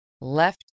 left